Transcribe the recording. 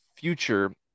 future